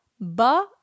ba